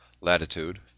Latitude